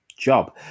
job